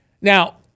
Now